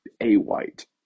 a-white